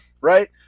right